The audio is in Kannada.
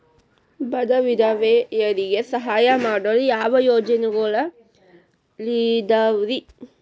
ಬಡ ವಿಧವೆಯರಿಗೆ ಸಹಾಯ ಮಾಡಲು ಯಾವ ಯೋಜನೆಗಳಿದಾವ್ರಿ?